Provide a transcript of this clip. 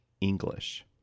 English